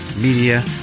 media